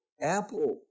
Apple